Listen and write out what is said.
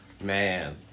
Man